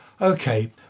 Okay